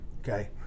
Okay